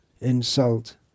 insult